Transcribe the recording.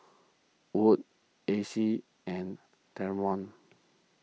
Wood Acey and Dameon